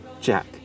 Jack